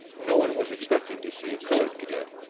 no one was expecting to see a colored cadet.